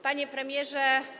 Panie Premierze!